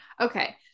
Okay